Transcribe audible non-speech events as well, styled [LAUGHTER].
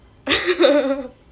[LAUGHS]